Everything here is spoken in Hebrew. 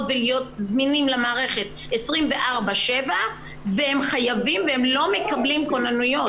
ולהיות זמינים למערכת 24/7 והם לא מקבלים כוננויות.